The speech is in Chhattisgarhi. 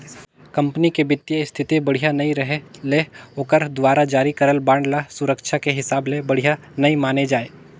कंपनी के बित्तीय इस्थिति बड़िहा नइ रहें ले ओखर दुवारा जारी करल बांड ल सुरक्छा के हिसाब ले बढ़िया नइ माने जाए